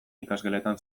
ikasgeletan